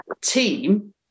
team